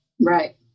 Right